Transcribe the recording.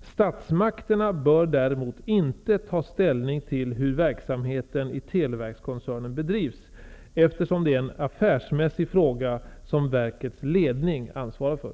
Statsmakterna bör däremot inte ta ställning till hur verksamheten i Televerkskoncernen bedrivs, eftersom det är en affärsmässig fråga som verkets ledning ansvarar för.